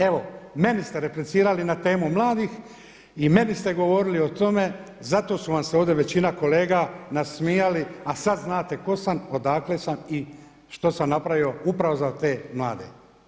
Evo meni ste replicirali na temu mladih i meni ste govorili o tome zato su vam se ovdje većina kolega nasmijali, a sad znate tko sam, odakle sam i što sam napravio upravo za te mlade.